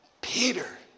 Peter